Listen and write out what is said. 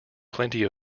plenty